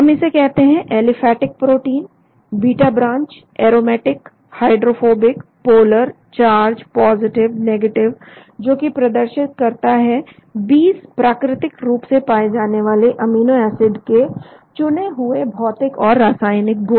हम इसे कहते हैं aliphatic protein beta branch aromatic hydrophobic polar charge positive negative जो कि प्रदर्शित करता है 20 प्राकृतिक रूप से पाए जाने वाले अमीनो एसिड के चुने हुए भौतिक और रासायनिक गुण